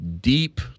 deep